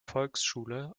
volksschule